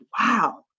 wow